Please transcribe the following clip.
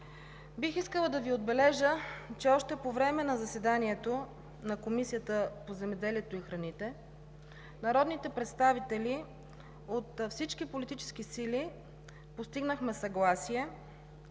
Бих искала да отбележа, че още по време на заседанието на Комисията по земеделието и храните народните представители от всички политически сили постигнахме съгласие,